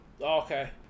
Okay